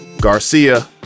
Garcia